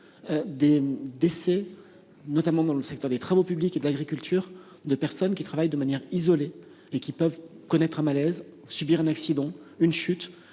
les décès, notamment dans le secteur des travaux publics et de l'agriculture, de personnes travaillant de manière isolée, qui peuvent être victimes d'un malaise ou subir un accident, par